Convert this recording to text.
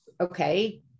okay